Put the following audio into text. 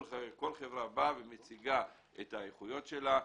כל חברה מציגה את האיכויות שלה,